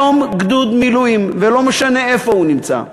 היום בגדוד מילואים, ולא משנה איפה הוא נמצא,